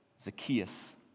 Zacchaeus